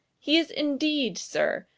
he is, indeed, sir,